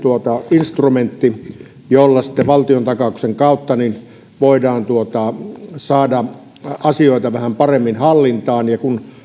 instrumentti jolla sitten valtiontakauksen kautta voidaan saada asioita vähän paremmin hallintaan ja kun